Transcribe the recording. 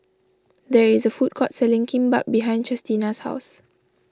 there is a food court selling Kimbap behind Chestina's house